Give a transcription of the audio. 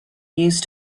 used